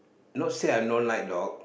not say I don't like dog